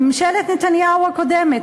בממשלת נתניהו הקודמת,